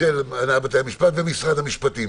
של הנהלת בתי המשפט ומשרד המשפטים.